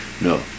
No